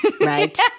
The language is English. right